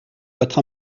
votre